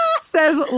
says